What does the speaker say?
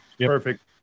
Perfect